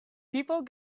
people